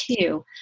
two